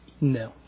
No